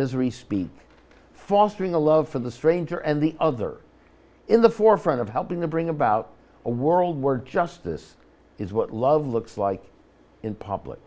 misery speak fostering a love for the stranger and the other in the forefront of helping to bring about a world where justice is what love looks like in public